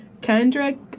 Kendrick